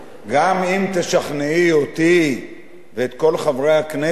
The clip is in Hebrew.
גם אם תשכנעי אותי ואת כל חברי הכנסת,